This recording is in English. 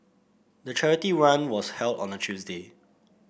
the charity run was held on a Tuesday